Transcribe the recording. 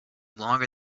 longer